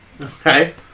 Okay